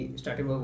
started